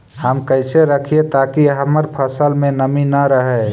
हम कैसे रखिये ताकी हमर फ़सल में नमी न रहै?